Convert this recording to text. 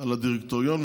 על הדירקטוריון,